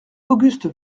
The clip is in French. auguste